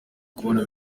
kubona